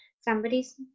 somebody's